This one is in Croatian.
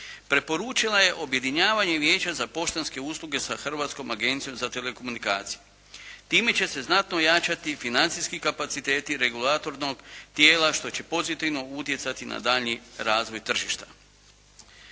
preporučila je objedinjavanje Vijeća za poštanske usluge sa Hrvatskom agencijom za telekomunikacije. Time će se znatno ojačati financijski kapaciteti regulatornog tijela što će pozitivno utjecati na daljnji razvoj tržišta.